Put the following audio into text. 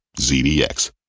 ZDX